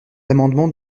amendement